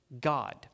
God